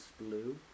Blue